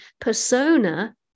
persona